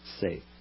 safe